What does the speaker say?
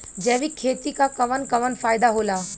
जैविक खेती क कवन कवन फायदा होला?